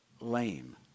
lame